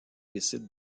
décide